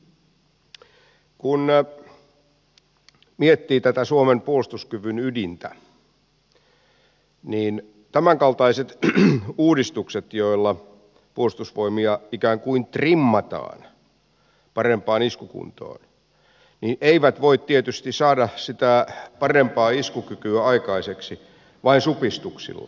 kun miettii tätä suomen puolustuskyvyn ydintä niin tämänkaltaiset uudistukset joilla puolustusvoimia ikään kuin trimmataan parempaan iskukuntoon eivät voi tietysti saada sitä parempaa iskukykyä aikaiseksi vain supistuksilla